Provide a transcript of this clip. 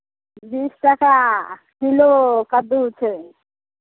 बीस टाका किलो कद्दू छै